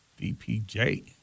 DPJ